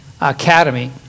academy